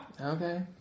Okay